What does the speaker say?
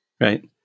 right